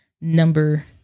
Number